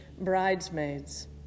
bridesmaids